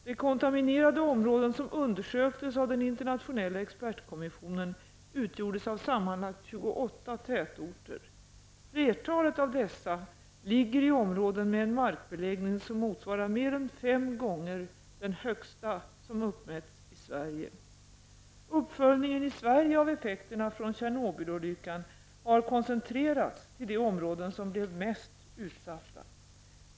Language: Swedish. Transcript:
De kontaminerade områden som undersöktes av den internationella expertkommissionen utgjordes av sammanlagt 28 tätorter. Flertalet av dessa ligger i områden med en markbeläggning som motsvarar mer än fem gånger den högsta som uppmätts i Tjernobylolyckan har koncentrerats till de områden som blev mest utsatta.